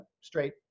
straight